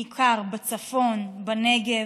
בעיקר בצפון, בנגב,